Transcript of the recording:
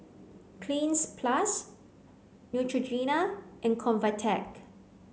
Cleanz plus Neutrogena and Convatec